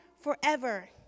forever